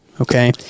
okay